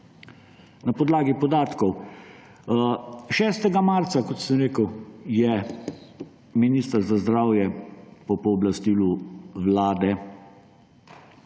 na podlagi podatkov. 6. marca, kot sem rekel, je minister za zdravje po pooblastilu vlade